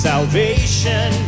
Salvation